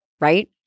right